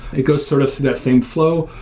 it goes sort of to that same flow.